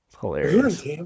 Hilarious